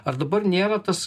ar dabar nėra tas